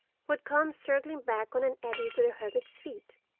would come circling back on an eddy to the hermit's feet.